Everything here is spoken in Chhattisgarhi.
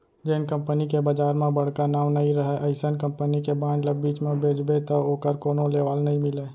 जेन कंपनी के बजार म बड़का नांव नइ रहय अइसन कंपनी के बांड ल बीच म बेचबे तौ ओकर कोनो लेवाल नइ मिलय